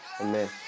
Amen